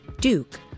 Duke